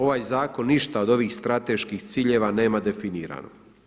Ovaj zakon ništa od ovih strateških ciljeva nema definirano.